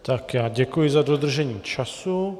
Tak, já děkuji za dodržení času.